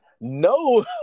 No